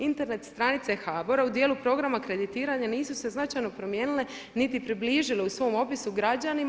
Internet stranice HBOR-a u djelu programa kreditiranja nisu se značajno promijenile niti približile u svom opisu građanima.